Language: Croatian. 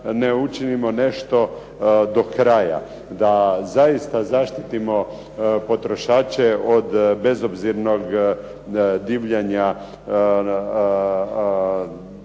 ne učinimo nešto do kraja da zaista zaštitimo potrošače od bezobzirnog divljanja